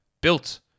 built